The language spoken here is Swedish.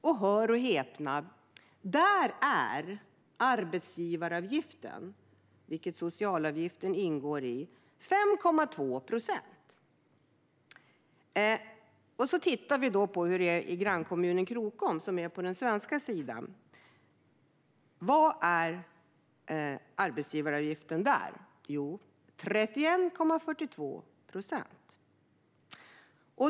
Och hör och häpna, där är arbetsgivaravgiften, vilken socialavgiften ingår i, 5,2 procent. Och hur stor är arbetsgivaravgiften i grannkommunen Krokom, som alltså ligger på den svenska sidan? Jo, den är 31,42 procent.